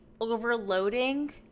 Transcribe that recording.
overloading